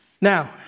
Now